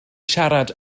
siarad